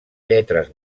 lletres